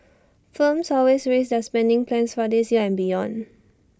firms always raised their spending plans for this year and beyond